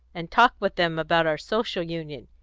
and talk with them about our social union.